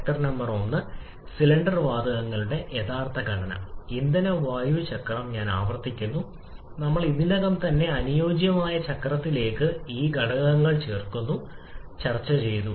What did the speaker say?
factor number 1 cylinder വാതകങ്ങളുടെ യഥാർത്ഥ ഘടന ഇന്ധന വായുവിൽ ചക്രം ഞാൻ ആവർത്തിക്കുന്നു നമ്മൾ ഇതിനകം തന്നെ അനുയോജ്യമായ ചക്രത്തിലേക്ക് ഈ ഘടകങ്ങൾ ചേർക്കുന്നു ചർച്ചചെയ്തു